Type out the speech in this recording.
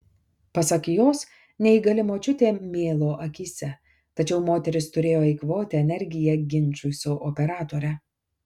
pasak jos neįgali močiutė mėlo akyse tačiau moteris turėjo eikvoti energiją ginčui su operatore